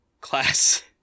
class